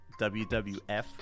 WWF